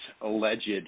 alleged